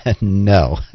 No